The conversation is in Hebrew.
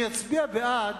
אני אצביע בעד,